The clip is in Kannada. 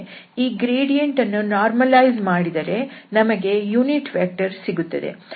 ಈ ಗ್ರೇಡಿಯಂಟ್ ಅನ್ನು ನಾರ್ಮಲಯಿಸ್ ಮಾಡಿದರೆ ನಮಗೆ ಏಕಾಂಶ ಸದಿಶ ಸಿಗುತ್ತದೆ